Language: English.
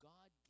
God